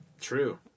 True